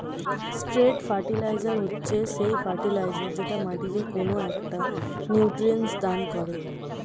straight fertilizer হচ্ছে সেই fertilizer যেটা মাটিকে কোনো একটা নিউট্রিয়েন্ট দান করে